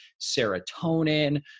serotonin